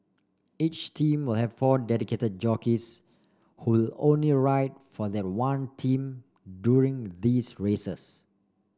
each team will have four dedicated jockeys who will only ride for that one team during these races